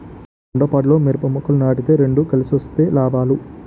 దొండపాదుల్లో మిరప మొక్కలు నాటితే రెండు కలిసొస్తే లాభాలు